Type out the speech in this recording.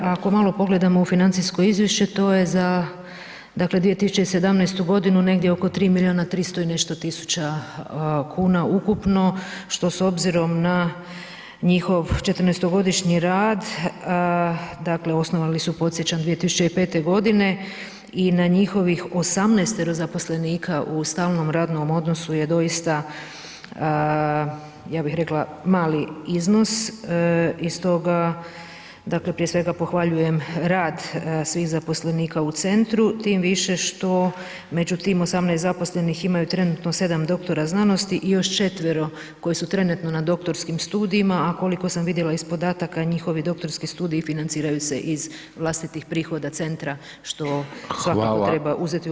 Ako malo pogledamo u financijsko izvješće to je za dakle 2017. godinu negdje oko 3 miliona 300 i nešto tisuća kuna ukupno, što s obzirom na njihov 14-to godišnji rad, dakle, osnovali su, podsjećam 2005.g. i na njihovih 18-ero zaposlenika u stalnom radnom odnosu je doista, ja bih rekla, mali iznos i stoga, dakle, prije svega pohvaljujem rad svih zaposlenika u centru, tim više što među tim 18 zaposlenih imaju trenutno 7 doktora znanosti i još 4-ero koji su trenutno na doktorskim studijima, a koliko sam vidjela iz podataka, njihovi doktorski studiji financiraju se iz vlastitih prihoda centra, što svakako [[Upadica: Hvala…]] trebati u obzir [[Upadica: …vam]] i pohvaliti ih.